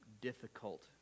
difficult